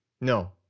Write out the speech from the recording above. No